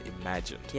imagine